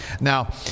Now